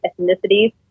ethnicities